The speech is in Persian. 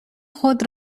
خود